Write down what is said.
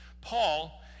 Paul